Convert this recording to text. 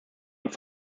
und